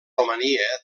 romania